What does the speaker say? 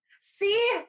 See